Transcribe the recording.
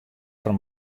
foar